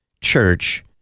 church